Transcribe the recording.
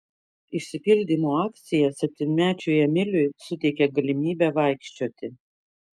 išsipildymo akcija septynmečiui emiliui suteikė galimybę vaikščioti